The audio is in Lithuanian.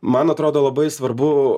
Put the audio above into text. man atrodo labai svarbu